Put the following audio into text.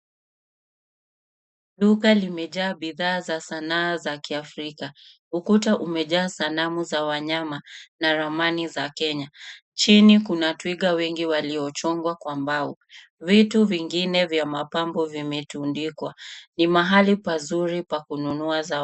Duka limejaa bidhaa za sanaa za Kiafrika. Ukuta umejaa sanamu za wanyama na ramani za Kenya. Chini kuna twiga wengi waliyochongwa kwa mbao. Vitu zingine vya mapambo zimetundikwa. Ni mahali pazuri pa kununua bidhaa hizi.